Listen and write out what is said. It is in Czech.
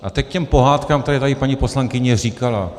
A teď k těm pohádkám, které tady paní poslankyně říkala.